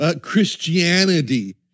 Christianity